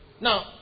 Now